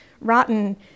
Rotten